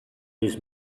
his